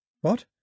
What